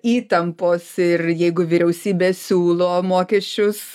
įtampos ir jeigu vyriausybė siūlo mokesčius